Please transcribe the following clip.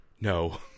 No